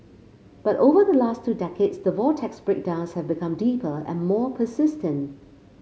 but over the last two decades the vortex's breakdowns have become deeper and more persistent